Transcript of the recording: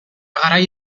garai